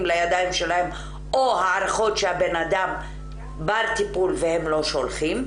לידיים שלהם או הערכות שהאדם בר טיפול והם לא שולחים,